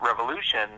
revolution